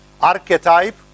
archetype